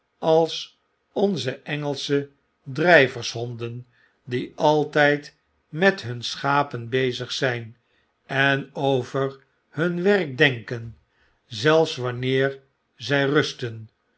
als onze engelsche drjjversnonden die altyd met hun schapen bezig zijn en over hun werk denken zelfs wanneer zij rusten